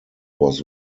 was